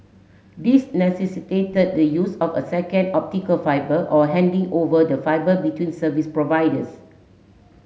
these necessitated the use of a second optical fibre or handing over the fibre between service providers